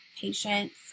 patients